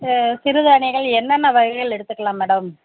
ஆ சிறு தானியங்கள் என்னென்ன வகைகள் எடுத்துக்கலாம் மேடம்